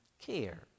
care